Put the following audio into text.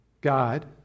God